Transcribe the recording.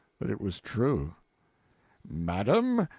that it was true madame,